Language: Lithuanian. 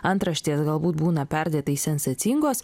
antraštės galbūt būna perdėtai sensacingos